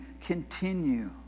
Continue